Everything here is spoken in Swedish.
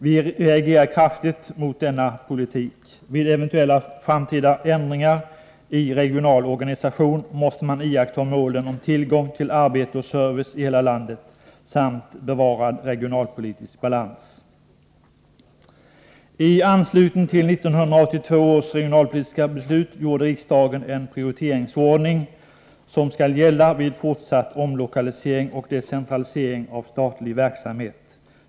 Vi reagerar kraftigt mot denna politik. Vid eventuella framtida ändringar i regional organisation måste man iaktta målen: tillgång till arbete och service i hela landet samt bevarad regionalpolitisk balans. I anslutning till 1982 års regionalpolitiska beslut gjorde riksdagen en prioritetsordning som skall gälla vid fortsatt omlokalisering och decentralisering av statlig verksamhet.